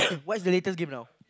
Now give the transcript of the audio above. what's the latest gift now